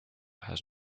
has